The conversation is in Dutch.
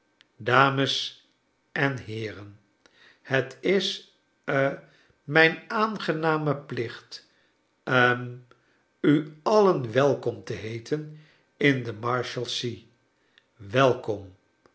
dames en heeren het is ha mijn aangename plicht hm u alien welkom te heeten in de marshalsea welkom